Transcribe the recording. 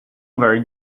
very